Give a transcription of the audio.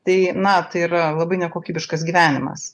tai na tai yra labai nekokybiškas gyvenimas